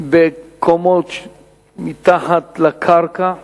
בקומות מתחת לקרקע.